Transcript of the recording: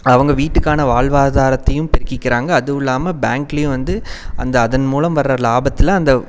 அவங்க வீட்டுக்கான வாழ்வாதாரத்தையும் பெருக்கிக்கிறாங்க அதுவும் இல்லாமல் பேங்க்லேயும் வந்து அந்த அதன் மூலமாக வர லாபத்தில் அந்த